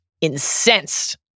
incensed